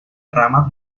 rama